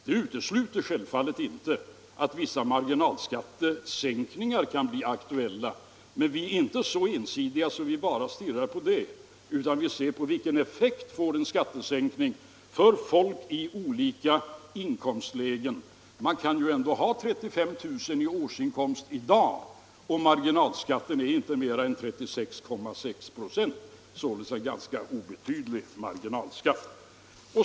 Det utesluter självfallet inte att vissa marginalskattesänkningar kan bli aktuella, men vi är inte så énsidiga att vi bara stirrar på det. Vi studerar vilken effekt en skattesänkning får för folk i olika inkomstlägen. Man kan ändå ha 35 000 kr. i årsinkomst i dag och en marginalskatt som inte är högre än 36 96 — således en ganska obetydlig marginalskatt.